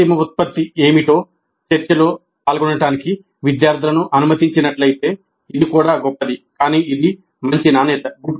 ఉత్పత్తి తో ఉండాలి